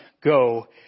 go